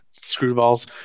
screwballs